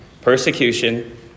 persecution